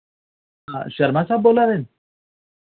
हां शर्मा साहब बोल्ला दे